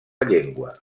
llengua